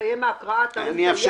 כשתסיים ההקראה, תרים את היד.